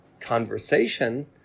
conversation